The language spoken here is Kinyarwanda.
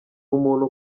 umuntu